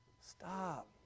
Stop